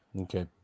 Okay